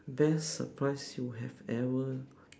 best surprise you have ever